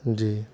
جی